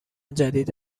جدید